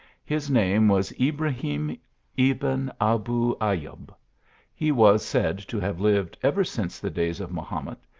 his name was ibrahim ebn abu ayub he was said to have lived ever since the days of mahomet,